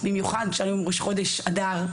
במיוחד כשהיום הוא ראש חודש אדר,